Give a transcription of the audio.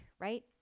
right